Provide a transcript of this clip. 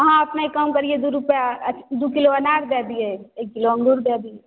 अहाँ अपने कम करियौ दू रुपैआ दू किलो अनार दए दियै एक किलो अँगूर दए दियै